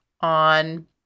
on